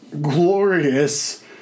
Glorious